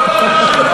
לספר את כל הסיפור?